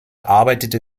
arbeitete